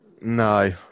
No